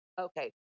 Okay